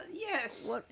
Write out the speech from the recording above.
yes